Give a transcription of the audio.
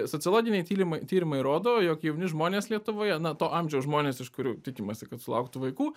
sociologiniai tyrimai tyrimai rodo jog jauni žmonės lietuvoje na to amžiaus žmonės iš kurių tikimasi kad sulauktų vaikų